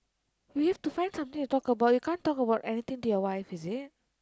you need to find something to talk about you can't talk anything to your wife is it